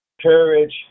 courage